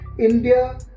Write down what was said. India